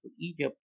Egypt